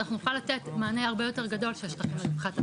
אנחנו נוכל לתת מענה הרבה יותר גדול של שטחים לרווחת התושבים.